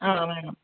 ആ വേണം